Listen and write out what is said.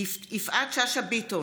יפעת שאשא ביטון,